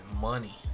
money